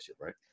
right